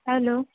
hello